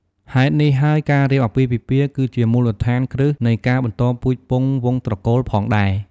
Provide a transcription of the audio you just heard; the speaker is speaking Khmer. ហេតុនេះហើយ ការរៀបអាពាហ៍ពិពាហ៍គឺជាមូលដ្ឋានគ្រឹះនៃការបន្តពូជពង្សវង្សត្រកូលផងដែរ។